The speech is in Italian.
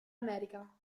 america